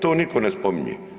To niko ne spominje.